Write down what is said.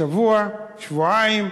שבוע, שבועיים,